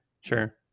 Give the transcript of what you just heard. sure